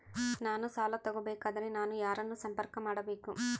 ನಾನು ಸಾಲ ತಗೋಬೇಕಾದರೆ ನಾನು ಯಾರನ್ನು ಸಂಪರ್ಕ ಮಾಡಬೇಕು?